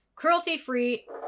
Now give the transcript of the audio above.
Cruelty-free